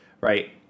right